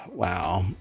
Wow